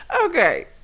Okay